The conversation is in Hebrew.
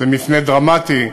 שזה מפנה דרמטי,